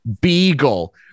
Beagle